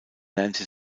lernte